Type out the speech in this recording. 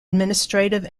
administrative